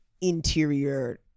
interior